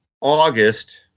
August